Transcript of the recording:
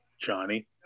Johnny